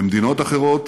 למדינות אחרות,